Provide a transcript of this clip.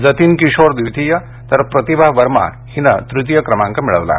जतीन किशोर द्वितीय तर प्रतिभा वर्मा हिनं तृतीय क्रमांक मिळवला आहे